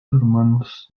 hermanos